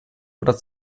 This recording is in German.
oder